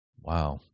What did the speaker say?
Wow